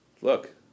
look